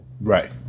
Right